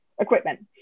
equipment